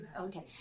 okay